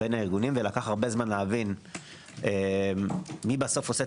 בין הארגונים ולקח הרבה מאוד זמן להבין מי עושה